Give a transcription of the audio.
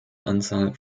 anzahl